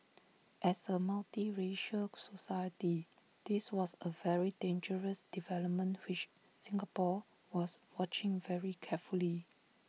as A multiracial society this was A very dangerous development which Singapore was watching very carefully